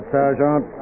Sergeant